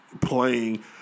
playing